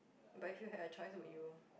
but if you had a choice would you